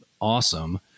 awesome